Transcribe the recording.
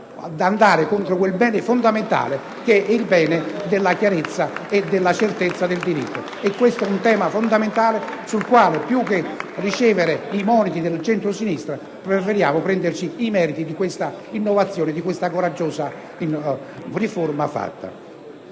andare contro il bene fondamentale della chiarezza e della certezza del diritto. È questo un tema fondamentale sul quale, più che ricevere i moniti del centrosinistra, preferiamo prenderci i meriti di questa coraggiosa riforma effettuata.